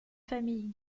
famille